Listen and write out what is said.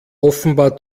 offenbar